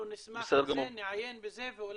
אנחנו נשמח על זה, נעיין בזה ואולי